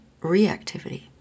reactivity